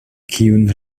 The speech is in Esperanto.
kiun